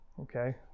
Okay